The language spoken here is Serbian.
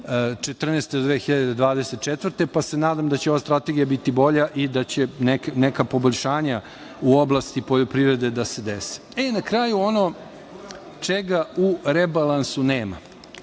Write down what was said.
godine, pa se nadam da će ova strategija biti bolja i da će neka poboljšanja u oblasti poljoprivrede da se dese. Na kraju ono čega u rebalansu nema.